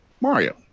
Mario